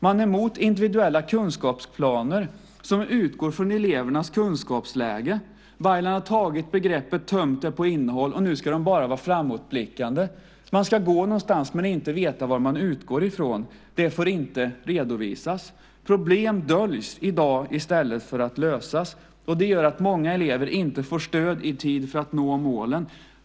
Man är mot individuella kunskapsplaner som utgår från elevernas kunskapsläge. Baylan har tagit begreppet, tömt det på innehåll, och nu ska de bara vara framåtblickande. Man ska gå någonstans men inte veta vad man utgår från. Det får inte redovisas. Problem döljs i dag i stället för att lösas. Det gör att många elever inte får stöd i tid för att nå målen.